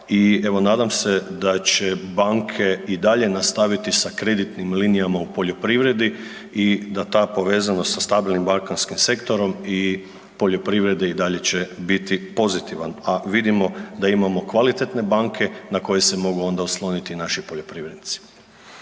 nadam se da će banke i dalje nastaviti sa kreditnim linijama u poljoprivredi i da ta povezanost sa stabilnim bankarskim sektorom i poljoprivredi i dalje će biti pozitivan. A vidimo da imamo kvalitetne banke na koje se onda mogu osloniti i naši poljoprivrednici.